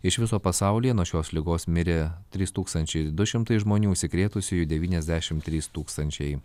iš viso pasaulyje nuo šios ligos mirė trys tūkstančiai du šimtai žmonių užsikrėtusiųjų devyniasdešim trys tūkstančiai